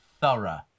thorough